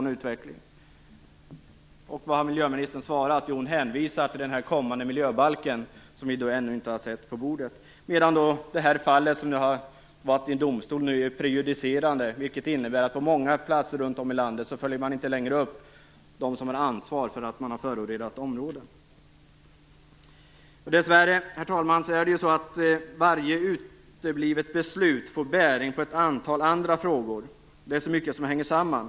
Och vad har miljöministern sagt? Hon hänvisar till den kommande miljöbalk som vi ännu inte har sett på bordet. Det fall som nu har varit uppe i domstol är prejudicerande. Det innebär att man på många platser i landet inte längre följer upp de som har ansvar för att ha förorenat områden. Dess värre är det så, herr talman, att varje uteblivet beslut får bäring på ett antal andra frågor. Det är så mycket som hänger samman.